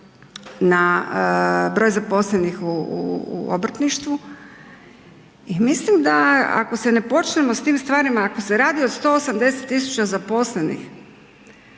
na broj zaposlenih u obrtništvu i mislim da ako se ne počnemo s tim stvarima, ako se radi o 180 tisuća zaposlenih,